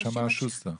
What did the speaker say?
מה שאמר שוסטר.